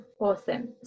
awesome